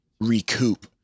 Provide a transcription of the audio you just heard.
recoup